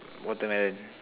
watermelon